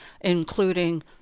including